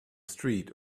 street